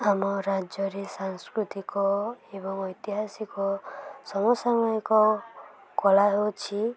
ଆମ ରାଜ୍ୟରେ ସାଂସ୍କୃତିକ ଏବଂ ଐତିହାସିକ ଏକ କଲା ହେଉଛି